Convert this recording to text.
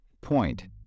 Point